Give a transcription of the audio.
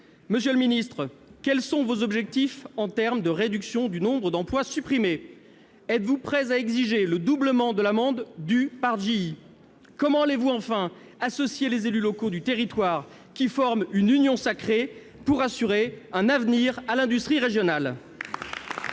Monsieur le ministre, quels sont vos objectifs en termes de réduction du nombre d'emplois supprimés ? Êtes-vous prêt à exiger le doublement de l'amende due par GE ? Comment allez-vous associer les élus locaux du territoire, qui forment une union sacrée, pour assurer un avenir à l'industrie régionale ?